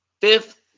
fifth